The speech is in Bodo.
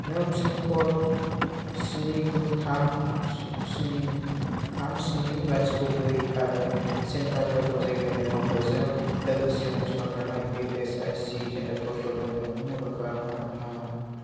नों पिनकड स्नि गु थाम जि स्नि थाम स्नि लाथिख' ब्रै आरो सेन्टार रोखोम जायगायारि मावख'जों लोगोसे ओनसोलाव थानाय एएसआइसि सेन्टारफोरखौ नागिरनाय मदद खालामनो हागोन नामा